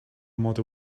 model